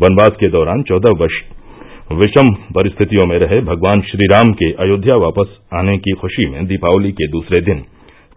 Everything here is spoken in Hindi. वनवास के दौरान चौदह वर्ष विषम परिस्थितियों में रहे भगवान श्री राम के अयोध्या वापस आने की खुशी में दीपावली के दूसरे दिन